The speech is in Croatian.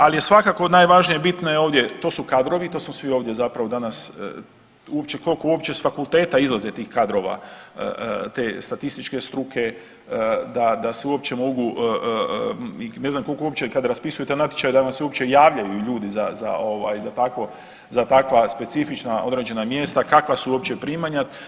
Ali je svakako najvažnije, bitno je ovdje to su kadrovi i to smo svi ovdje zapravo danas uopće, koliko uopće sa fakulteta izlazi tih kadrova, te statističke struke da se uopće mogu i ne znam koliko uopće kada raspisujete natječaj da vam se uopće javljaju ljudi za takva specifična određena mjesta kakva su uopće primanja.